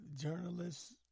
journalists